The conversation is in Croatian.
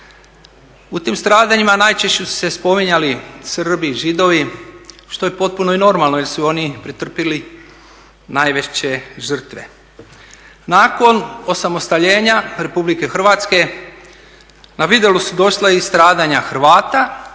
U tim stradanjima najčešće su se spominjali Srbi, Židovi što je potpuno i normalno jer su oni pretrpili najveće žrtve. Nakon osamostaljenja RH na vidjelo su došla i stradanja Hrvata